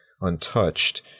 untouched